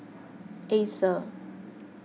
Acer